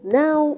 now